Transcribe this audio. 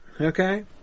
Okay